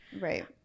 Right